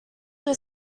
were